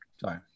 Sorry